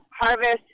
harvest